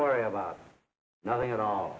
worry about nothing at all